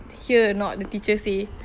hear or not the teacher say